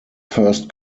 first